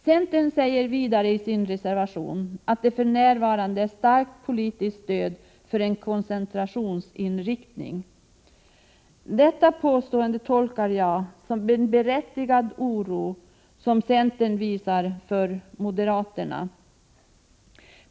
Centern säger vidare i sin reservation att det för närvarande finns starkt politiskt stöd för en koncentrationsinriktning. Detta påstående tolkar jag som en berättigad oro som centern visar för moderaterna.